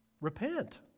Repent